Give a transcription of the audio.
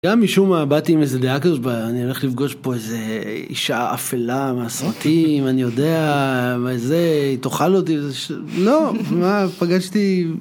גם משום מה באתי עם איזה דעה כזאת שאני הולך לפגוש פה איזה אישה אפלה מהסרטים אני יודע מה זה תאכל אותי לא, מה, פגשתי.